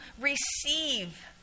receive